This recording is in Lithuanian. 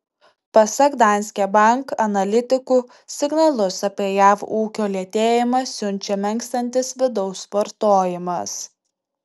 pasak danske bank analitikų signalus apie jav ūkio lėtėjimą siunčia menkstantis vidaus vartojimas